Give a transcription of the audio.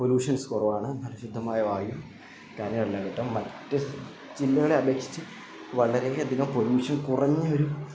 pollutions കുറവാണ് പരിശുദ്ധമായ വായു കരയല്ല് കേട്ടൊ മറ്റ് ജില്ലകളേ അപേക്ഷിച്ച് വളരെ അധികം പൊല്യൂഷൻ കുറഞ്ഞൊരു